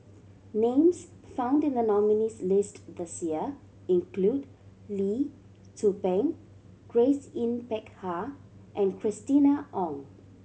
names found in the nominees' list this year include Lee Tzu Pheng Grace Yin Peck Ha and Christina Ong